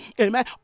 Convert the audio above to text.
amen